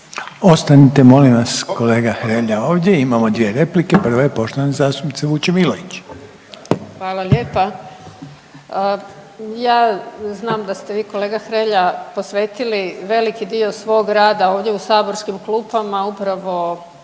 Ostanite molim vas kolega Hrelja ovdje imamo dvije replike. Prva je poštovane zastupnice Vučemilović. **Vučemilović, Vesna (Hrvatski suverenisti)** Hvala lijepa. Ja znam da ste vi kolega Hrelja posvetili veliki dio svog rada ovdje u saborskim klupama upravo